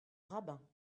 rabin